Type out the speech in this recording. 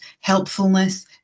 helpfulness